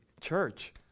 church